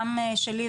גם שלי,